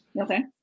Okay